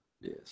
Yes